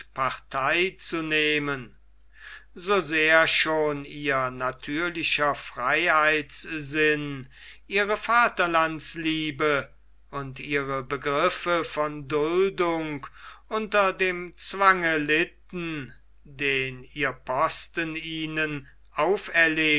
partei zu nehmen so sehr schon ihr natürlicher freiheitssinn ihre vaterlandsliebe und ihre begriffe von duldung unter dem zwange litten den ihr posten ihnen auferlegte